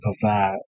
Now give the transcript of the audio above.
provide